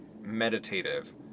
meditative